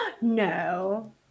No